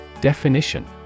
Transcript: Definition